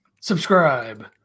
Subscribe